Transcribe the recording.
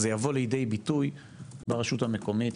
זה יבוא לידי ביטוי ברשות המקומית,